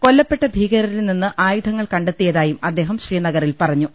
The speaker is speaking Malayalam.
കൊല്ലപ്പെട്ട ഭീകരരിൽനിന്ന് ആയുധങ്ങൾ കണ്ടെത്തിയതായും അദ്ദേഹം ശ്രീനഗറിൽ പറഞ്ഞു